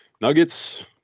Nuggets